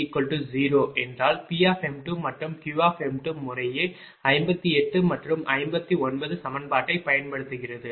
Bjj0 என்றால் Pm2 மற்றும் Q முறையே 58 மற்றும் 59 சமன்பாட்டைப் பயன்படுத்துகிறது